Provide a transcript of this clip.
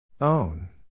Own